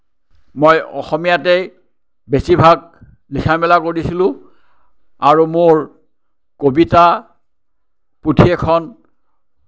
মই অসমীয়াতেই বেছিভাগ লিখা মেলা কৰিছিলোঁ আৰু মোৰ কবিতা পুথি এখন